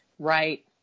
Right